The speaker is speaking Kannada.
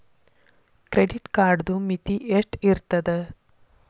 ಕ್ರೆಡಿಟ್ ಕಾರ್ಡದು ಮಿತಿ ಎಷ್ಟ ಇರ್ತದ?